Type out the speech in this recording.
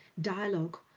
dialogue